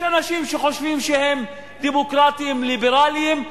יש אנשים שחושבים שהם דמוקרטים ליברליים,